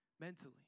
mentally